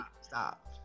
stop